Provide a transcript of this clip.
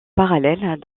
parallèle